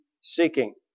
seeking